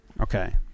Okay